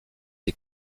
des